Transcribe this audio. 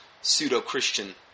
pseudo-Christian